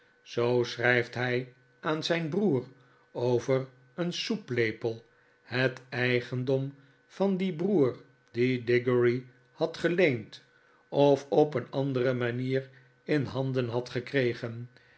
zoo schrijft hij aan zijn broer over een soeplepel het eigendom van dien broer dien diggory had geleend of op een andere manier in nan den had gekregen